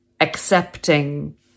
accepting